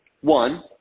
One